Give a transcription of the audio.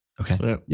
Okay